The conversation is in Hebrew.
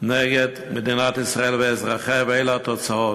נגד מדינת ישראל ואזרחיה, ואלה התוצאות.